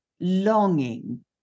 longing